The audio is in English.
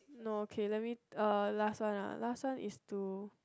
no okay let me uh last one ah last one is to